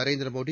Narendra Modi